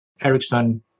Ericsson